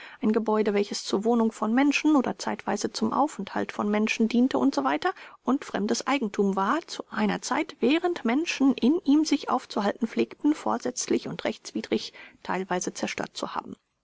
ein gebäude welches zur wohnung von menschen oder zeitweise zum aufenthalt von menschen diente usw und fremdes eigentum war zu einer zeit während menschen in ihm sich aufzuhalten pflegten vorsätzlich und rechtswidrig teilweise zerstört zu haben